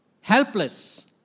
helpless